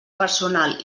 personal